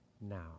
now